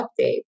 update